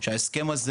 שההסכם הזה